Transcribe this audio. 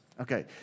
Okay